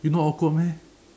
you not awkward meh